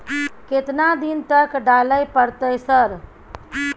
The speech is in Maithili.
केतना दिन तक डालय परतै सर?